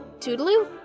Toodaloo